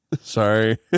Sorry